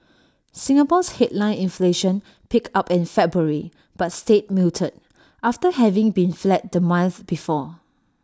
Singapore's headline inflation picked up in February but stayed muted after having been flat the month before